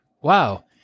Wow